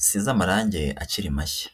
zisize amarangi akiri mashya.